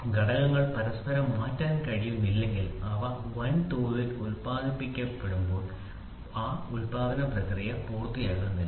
ഘടകങ്ങൾ പരസ്പരം മാറ്റാൻ കഴിയുന്നില്ലെങ്കിൽ അവ വൻതോതിൽ ഉൽപാദിപ്പിക്കുമ്പോൾ വൻതോതിലുള്ള ഉൽപാദന പ്രക്രിയ പൂർത്തിയാകുന്നില്ല